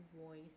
voice